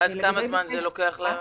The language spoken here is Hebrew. ואז כמה זמן זה לוקח לענות?